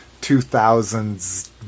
2000s